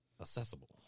accessible